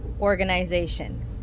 organization